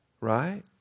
Right